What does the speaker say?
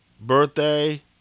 birthday